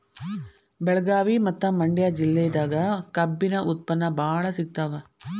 ಬೆಳಗಾವಿ ಮತ್ತ ಮಂಡ್ಯಾ ಜಿಲ್ಲೆದಾಗ ಕಬ್ಬಿನ ಉತ್ಪನ್ನ ಬಾಳ ಸಿಗತಾವ